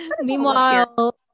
Meanwhile